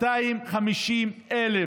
250,000